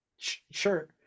Sure